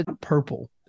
purple